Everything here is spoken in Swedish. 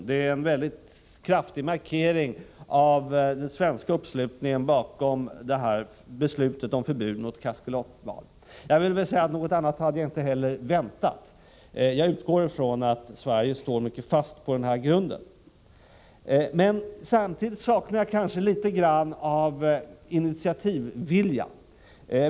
Det är en kraftig markering av den svenska uppslutningen bakom beslutet om förbud mot jakt på kaskelotval. Något annat hade jag inte heller väntat. Jag utgår ifrån att Sverige står mycket fast på denna grund. Samtidigt saknar jag litet grand en initiativvilja.